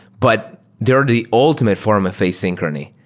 but they're the ultimate form of a synchrony.